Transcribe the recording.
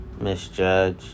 Misjudged